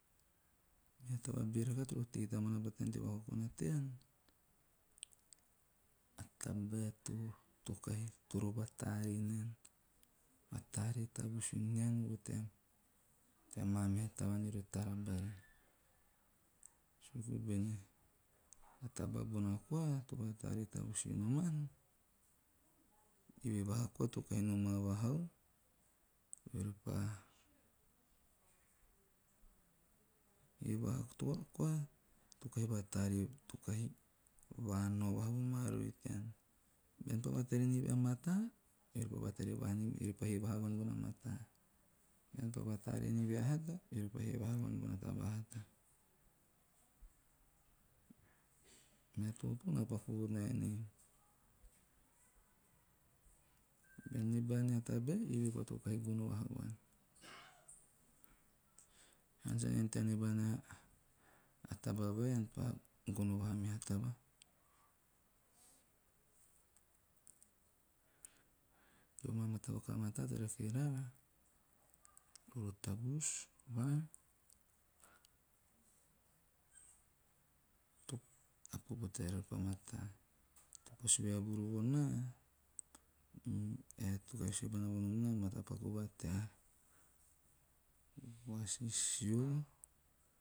Mea taba beera rakaha toro tei batana teo vakoko na tean a tabae to kahi toro vatare nian, vatare vatavusu nian vo tea ma meha taavan ore tara bari. Suku voen a taba bona koa to vatare tavus ninoman, eve vaha koa to kahi nomau ore pa, eve toa to koa vanaovaha vomaari tean. Bean pa vatare nive a mataa eori pa vatare ni eori pa hee vaha vuan bona mata. Bean paa vatara nive bona hata, eve hee vaha vuan bona taba hata. Mea totoo na paku vonaen ei. Bean neba nia tabae eve koa to kahi gono vahau an. Ean sa ante haa nom tea nia taba vai ean pa gono vaha meha taba tea maa matapaku maa mataa to rake raara, toro tavus vaan, a popo teara repa mataa. To pa sue vaevuru vo naa, ae to kahi sue bana vonom naa, o matatopo va tea vasisio.